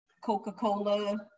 Coca-Cola